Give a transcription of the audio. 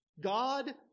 God